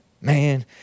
man